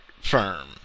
Firm